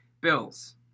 Bills